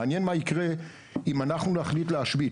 מעניין מה יקרה אם אנחנו נחליט להשבית,